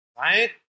right